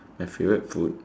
my favourite food